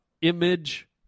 image